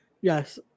Yes